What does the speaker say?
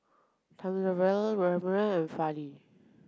Thamizhavel Raghuram and Fali